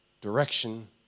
direction